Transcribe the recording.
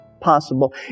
possible